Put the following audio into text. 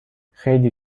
خیلی